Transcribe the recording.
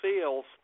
sales